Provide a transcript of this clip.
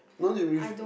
don't you with